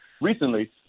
recently